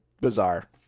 bizarre